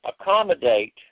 accommodate